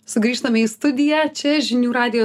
sugrįžtame į studiją čia žinių radijo